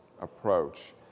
approach